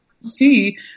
see